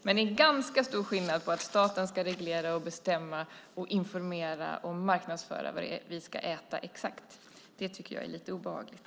Men det är ganska stor skillnad på det och att staten ska reglera, bestämma, informera om och marknadsföra exakt vad det är vi ska äta. Det tycker jag är lite obehagligt.